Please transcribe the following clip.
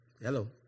Hello